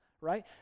right